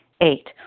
Eight